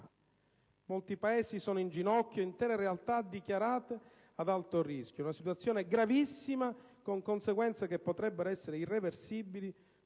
Molti paesi sono in ginocchio, intere realtà sono state dichiarate ad alto rischio. La situazione, ormai gravissima, comporta conseguenze che potrebbero essere irreversibili